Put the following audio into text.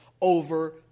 over